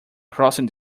crossing